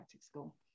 school